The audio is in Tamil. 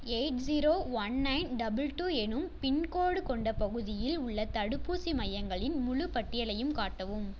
eight zero one nine double two என்னும் பின்கோடு கொண்ட பகுதியில் உள்ள தடுப்பூசி மையங்களின் முழுப் பட்டியலையும் காட்டவும்